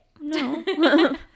no